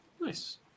Nice